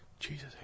Jesus